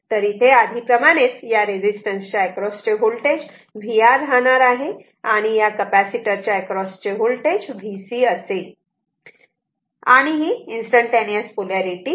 तर इथे आधी प्रमाणेच या रेझिस्टन्स च्या अक्रॉस चे होल्टेज VR राहणार आहे आणि या कपॅसिटर च्या अक्रॉसचे होल्टेज Vc असेल आणि ही इन्स्टंटटेनिअस पोलारिटी आहे